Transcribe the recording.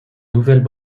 nouvelles